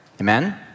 amen